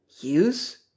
Use